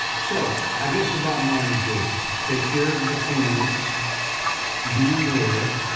so i guess the bottom line is is take care of your families be aware.